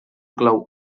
clau